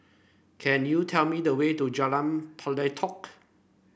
can you tell me the way to Jalan Pelatok